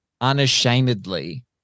unashamedly